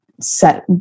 set